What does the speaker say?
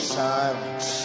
silence